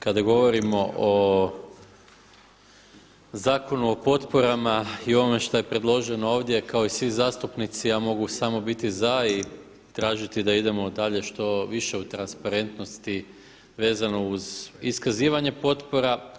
Kad govorimo o Zakonu o potporama i ovome šta je predloženo ovdje kao i svi zastupnici ja mogu samo biti za i tražiti da idemo dalje što više u transparentnosti vezano uz iskazivanje potpora.